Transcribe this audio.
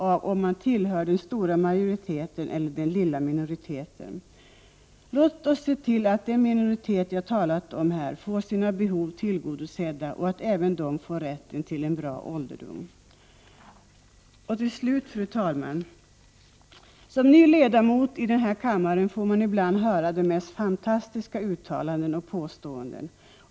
1988/89:44 stora majoriteten eller den lilla minoriteten. Låt oss se till att den minoritet 13 december 1988 som jag har talat om här får sina behov tillgodosedda och att även den får rätt. = ägg. en till en bra ålderdom. Till slut, fru talman! Såsom ny ledamot av denna kammare får man ibland höra de mest fantastiska uttalanden och påståenden.